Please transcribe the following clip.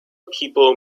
people